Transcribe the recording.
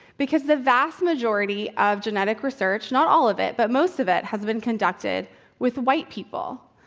because the vast majority of genetic research not all of it, but most of it has been conducted with white people.